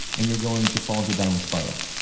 and you're going to fall into a downward spiral.